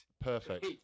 Perfect